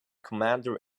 commander